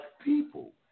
people